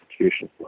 execution